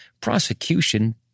prosecution